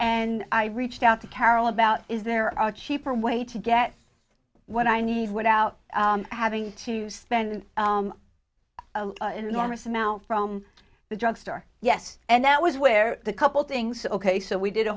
and i reached out to carol about is there are cheaper way to get what i need without having to spend an enormous amount from the drug store yes and that was where the couple things ok so we did a